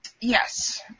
Yes